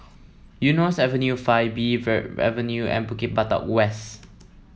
Eunos Avenue Five B Verde Avenue and Bukit Batok West